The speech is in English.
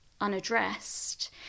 unaddressed